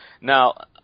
now